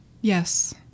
Yes